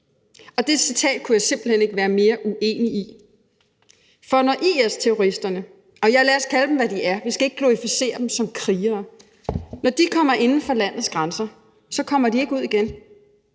Det citat kan jeg simpelt hen ikke være mere uenig i, for når IS-terrorister – og ja, lad os kalde dem for, hvad de er, for vi skal ikke glorificere dem som »krigere« – kommer inden for landets grænser, så kommer de ikke ud igen.